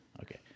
Okay